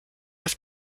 auf